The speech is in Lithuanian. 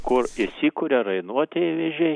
kur įsikuria rainuotieji vėžiai